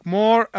more